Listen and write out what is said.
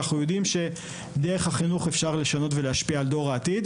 כי אנחנו יודעים שדרך החינוך אפשר לשנות ולהשפיע על דור העתיד,